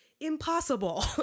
impossible